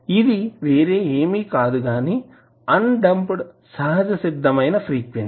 ఇది వేరే ఏమీ కాదు గాని ఆన్ డాంప్డ్ సహజసిద్దమైన ఫ్రీక్వెన్సీ